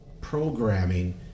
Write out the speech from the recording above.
programming